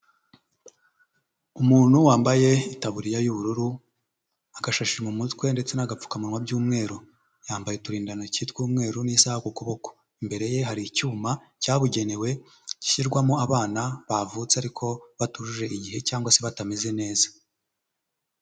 Umuntu wambaye itaburiya y'ubururu, akashashi mu mutwe ndetse n'agapfukamunwa by'umweru, yambaye uturindantoki tw'umweru n'isaha ku kuboko, imbere ye hari icyuma cyabugenewe gishyirwamo abana bavutse ariko batujuje igihe cyangwa se batameze neza.